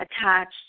attached